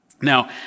Now